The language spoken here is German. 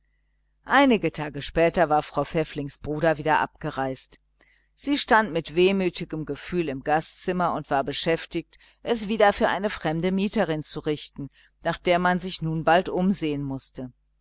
einige tage später war frau pfäfflings bruder wieder abgereist sie stand mit wehmütigem gefühl im gastzimmer und war beschäftigt es wieder für eine fremde mieterin zu richten nach der man sich nun bald umsehen mußte